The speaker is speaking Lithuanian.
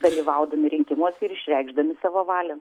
dalyvaudami rinkimuose ir išreikšdami savo valią